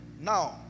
Now